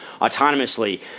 autonomously